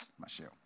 Michelle